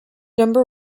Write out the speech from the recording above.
number